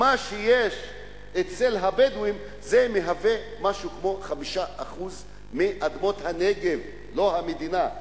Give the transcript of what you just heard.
מה שיש אצל הבדואים זה משהו כמו 5% מאדמות הנגב לא המדינה,